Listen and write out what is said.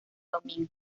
domingo